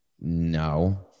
no